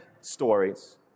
stories